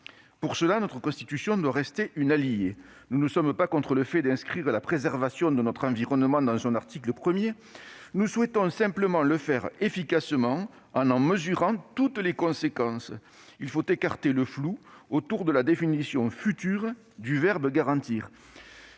Pour cela, notre Constitution doit rester une alliée. Nous ne sommes pas contre le fait d'inscrire la préservation de notre environnement dans son article 1. Nous souhaitons simplement le faire efficacement en en mesurant toutes les conséquences. Il faut écarter le flou autour de la définition future du verbe « garantir ».